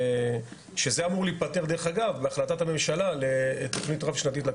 שזה אמור להיפתר דרך אגב בהחלטת הממשלה לתכנית רב שנתית.